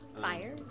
Fire